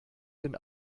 den